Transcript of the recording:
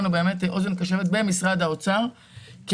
שם הייתה לנו אוזן קשבת במשרד האוצר כי